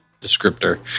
descriptor